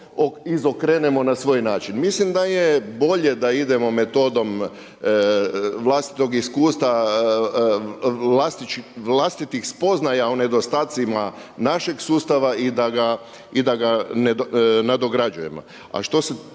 izokrenemo na svoj način. Mislim da je bolje da idemo metodom vlastitog iskustva, vlastitih spoznaja o nedostacima našeg sustava i da ga nadograđujemo. A to što se